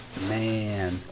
Man